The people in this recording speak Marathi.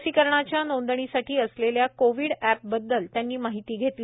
लसीकरणाच्या नोंदणीसाठी असलेल्या कोवि पबद्दल त्यांनी माहिती घेतली